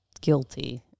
guilty